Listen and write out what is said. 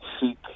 seek